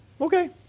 Okay